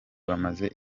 bamaze